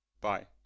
Bye